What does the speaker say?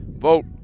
Vote